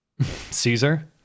Caesar